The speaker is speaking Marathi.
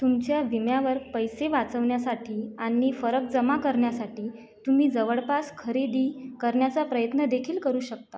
तुमच्या विम्यावर पैसे वाचवण्यासाठी आणि फरक जमा करण्यासाठी तुम्ही जवळपास खरेदी करण्याचा प्रयत्न देखील करू शकता